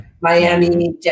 Miami